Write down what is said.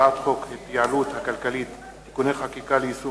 הצעת חוק ההתייעלות הכלכלית (תיקוני חקיקה ליישום